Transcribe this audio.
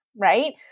right